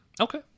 Okay